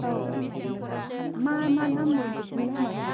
औ मा मा नाम मोन बुकनि नामा